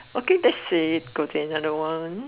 okay that's it go to another one